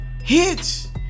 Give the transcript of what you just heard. hits